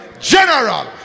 General